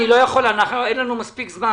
אני לא יכול, אין לנו מספיק זמן.